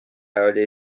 oli